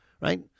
Right